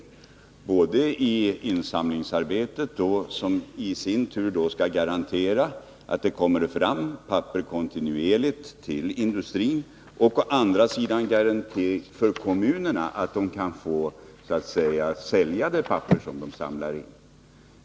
Det gäller både insamlingsarbetet, vilket i sin tur skall garantera att papper kommer fram kontinuerligt till industrin, och kommunernas möjligheter att sälja det papper som samlas in och minst få täckning för sina kostnader.